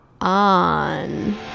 on